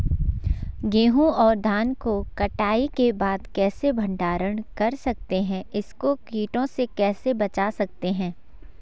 गेहूँ और धान को कटाई के बाद कैसे भंडारण कर सकते हैं इसको कीटों से कैसे बचा सकते हैं?